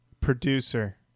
Producer